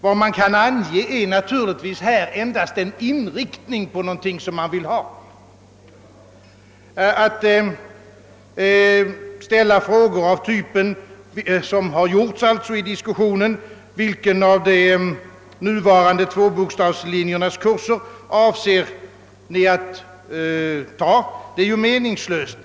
Vad man kan ange här är naturligtvis endast en inriktning på någonting som man vill ha. Att ställa frågor, såsom har gjorts i diskussionen, av typen: »Vilken av de nuvarande tvåbokstavslinjernas kurser avser ni att ta?» är alldeles meningslöst.